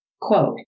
Quote